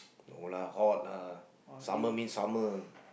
no lah hot lah summer means summer